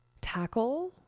tackle